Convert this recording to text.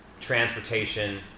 transportation